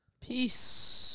Peace